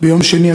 ביום שני,